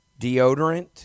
deodorant